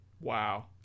Wow